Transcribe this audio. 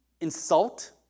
Insult